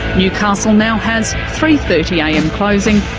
newcastle now has three. thirty am closing,